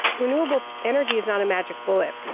renewable energy is not a magic bullet,